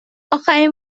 آخرین